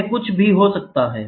यह कुछ भी हो सकता है